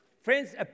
Friends